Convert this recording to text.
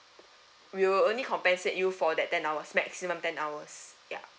we will only compensate you for that ten hours maximum ten hours ya